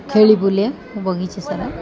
ଖେଳି ବୁଲେ ବଗିଚା ସାରା